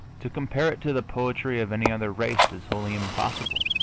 to compare it to the poetry of any other race is wholly impossible